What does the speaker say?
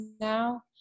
now